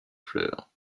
fleurs